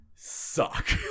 Suck